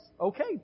Okay